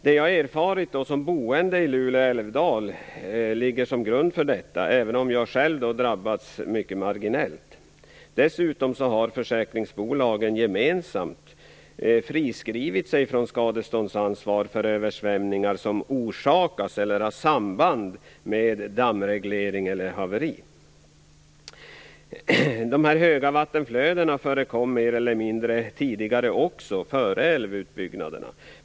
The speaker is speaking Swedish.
Det som jag som boende i Lule älvdal har erfarit ligger till grund för detta, även om jag själv har drabbats mycket marginellt. Dessutom har försäkringsbolagen gemensamt friskrivit sig från skadeståndsansvar för översvämningar som orsakas eller har samband med dammreglering eller haveri. De höga vattenflödena förekom också mer eller mindre tidigare, före älvutbyggnaderna.